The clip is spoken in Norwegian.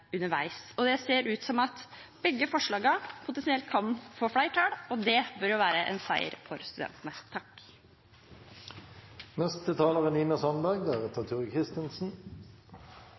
Det ser ut som at begge forslagene potensielt kan få flertall. Det bør være en seier for studentene.